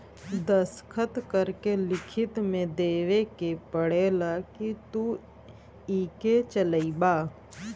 दस्खत करके लिखित मे देवे के पड़ेला कि तू इके चलइबा